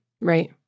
Right